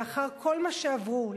לאחר כל מה שעברו,